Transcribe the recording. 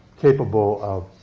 capable of